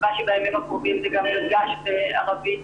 בתקווה שבימים הקרובים זה גם יונגש בערבית,